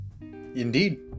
Indeed